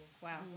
Wow